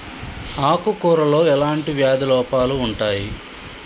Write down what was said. ఆకు కూరలో ఎలాంటి వ్యాధి లోపాలు ఉంటాయి?